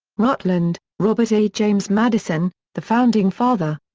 rutland, robert a. james madison the founding father.